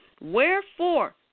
Wherefore